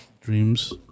dreams